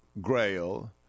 grail